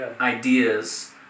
ideas